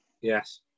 yes